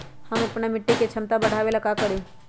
हम अपना मिट्टी के झमता बढ़ाबे ला का करी?